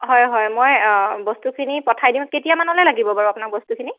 হয় হয় মই বস্তুখিনি পঠাই দিওঁ কেতিয়ামানলৈ লাগিব বাৰু আপোনাক বস্তুখিনি